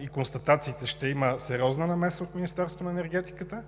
и констатациите ще има сериозна намеса от Министерството на енергетиката